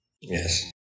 Yes